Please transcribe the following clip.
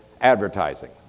advertising